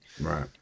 Right